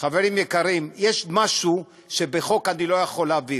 חברים יקרים, יש משהו שבחוק אני לא יכול להעביר,